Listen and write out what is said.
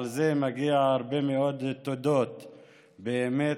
על זה מגיע באמת הרבה מאוד תודות לאוכלוסייה,